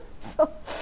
so